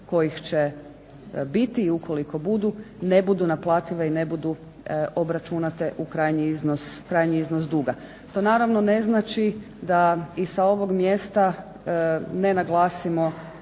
kojih će biti i ukoliko budu ne budu naplative i ne budu obračunate u krajnji iznos duga. To naravno ne znači da i sa ovog mjesta ne naglasimo